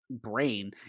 brain